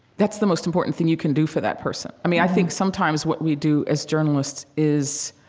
that's the most important thing you can do for that person. i mean, i think sometimes what we do as journalists is,